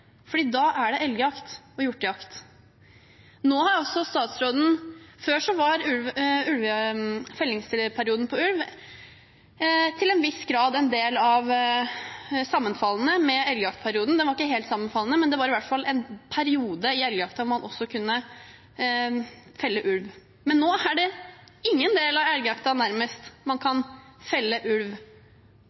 Norge, for da er det elgjakt og hjortejakt. Før var fellingsperioden på ulv til en viss grad sammenfallende med elgjaktperioden. Den var ikke helt sammenfallende, men det var i hvert fall en periode i elgjakten da man også kunne felle ulv. Nå er det nærmest ingen del av elgjakten der man kan felle ulv.